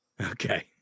Okay